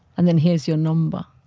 and then, here's your number.